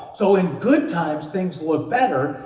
so, in good times, things look better,